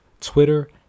Twitter